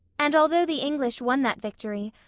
and although the english won that victory,